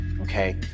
okay